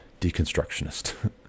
deconstructionist